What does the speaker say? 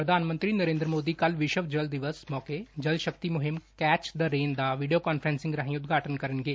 ਪ੍ਰਧਾਨ ਮੰਤਰੀ ਨਰੇਂਦਰ ਮੋਦੀ ਕੱਲ੍ਹ ਵਿਸ਼ਵ ਜਲ ਦਿਵਸ ਮੌਕੇ ਜਲ ਸ਼ਕਤੀ ਮੁਹਿੰਮ 'ਕੈਚ ਦਾ ਰੇਨ' ਦਾ ਵੀਡੀਓ ਕਾਨਫਰੰਸ ਰਾਹੀ ਉਦਘਾਟਨ ਕਰਨਗੇ